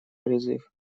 призыв